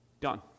Done